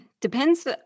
Depends